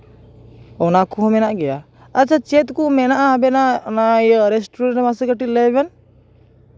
ᱚᱱᱟ ᱠᱚᱦᱚᱸ ᱢᱮᱱᱟᱜ ᱜᱮᱭᱟ ᱟᱪᱪᱷᱟ ᱪᱮᱫ ᱠᱚ ᱢᱮᱱᱟᱜᱼᱟ ᱟᱵᱮᱱᱟᱜ ᱚᱱᱟ ᱤᱭᱟᱹ ᱨᱮᱥᱴᱩᱨᱮᱱᱴ ᱨᱮ ᱢᱟᱥᱮ ᱠᱟᱹᱴᱤᱡ ᱞᱟᱹᱭ ᱵᱮᱱ